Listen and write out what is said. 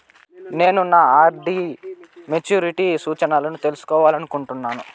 నేను నా RD maturity సూచనలను తెలుసుకోవాలనుకుంటున్నాను